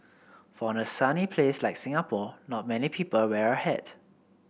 for a sunny place like Singapore not many people wear a hat